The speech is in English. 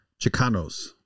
Chicanos